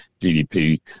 GDP